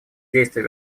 действия